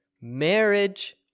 Marriage